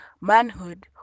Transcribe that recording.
manhood